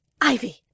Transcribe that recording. Ivy